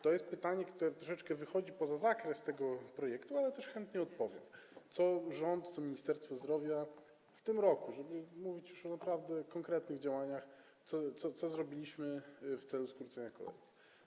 To jest pytanie, które troszeczkę wychodzi poza zakres tego projektu, ale też chętnie odpowiem, co rząd, co Ministerstwo Zdrowia w tym roku - powiem już naprawdę o konkretnych działaniach - co my zrobiliśmy w celu skrócenia kolejek.